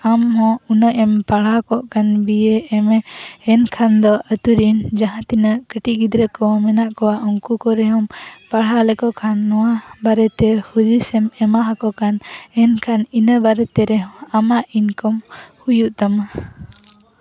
ᱟᱢᱦᱚᱸ ᱩᱱᱟᱹᱜ ᱮᱢ ᱯᱟᱲᱦᱟᱣ ᱠᱚᱜ ᱠᱷᱟᱱ ᱵᱤᱭᱮ ᱮᱢᱮ ᱮᱱᱠᱷᱟᱱ ᱫᱚ ᱟᱹᱛᱩᱨᱮᱱ ᱡᱟᱦᱟᱸ ᱛᱤᱱᱟᱹᱜ ᱠᱟᱹᱴᱤᱡ ᱜᱤᱫᱽᱨᱟᱹ ᱠᱚ ᱢᱮᱱᱟᱜ ᱠᱚᱣᱟ ᱩᱱᱠᱩ ᱠᱚᱨᱮ ᱦᱚᱸᱢ ᱯᱟᱲᱦᱟᱣ ᱞᱮᱠᱚ ᱠᱷᱟᱱ ᱱᱚᱣᱟ ᱵᱟᱨᱮᱛᱮ ᱦᱩᱫᱤᱥᱮᱢ ᱮᱢᱟ ᱠᱚ ᱠᱟᱱ ᱮᱱᱠᱷᱟᱱ ᱤᱱᱟᱹ ᱵᱟᱨᱮᱛᱮ ᱨᱮᱦᱚᱸ ᱟᱢᱟᱜ ᱤᱱᱠᱟᱢ ᱦᱩᱭᱩᱜ ᱛᱟᱢᱟ